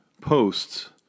posts